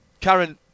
Karen